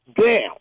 down